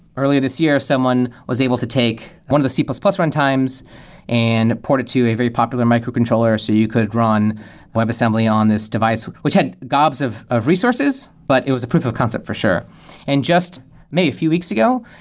earlier this year, someone was able to take one of the c plus plus runtimes and port it to a very popular microcontroller, so you could run a webassembly on this device, which had gobs of of resources, but it was a proof of concept for sure and just maybe a few weeks ago,